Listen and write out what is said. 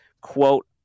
quote